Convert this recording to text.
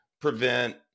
prevent